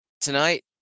tonight